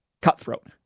cutthroat